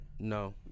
No